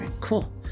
Cool